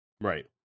Right